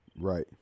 Right